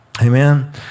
Amen